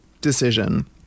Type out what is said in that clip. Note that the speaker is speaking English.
decision